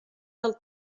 del